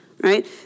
right